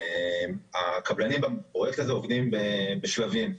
הקבלנים בפרויקט הזה עובדים בשלבים,